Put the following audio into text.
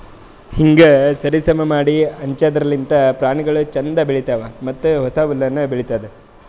ಹೀಂಗ್ ಸರಿ ಸಮಾ ಮಾಡಿ ಹಂಚದಿರ್ಲಿಂತ್ ಪ್ರಾಣಿಗೊಳ್ ಛಂದ್ ಬೆಳಿತಾವ್ ಮತ್ತ ಹೊಸ ಹುಲ್ಲುನು ಬೆಳಿತ್ತುದ್